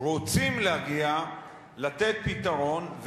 רוצים להגיע למתן פתרון,